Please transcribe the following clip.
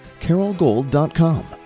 carolgold.com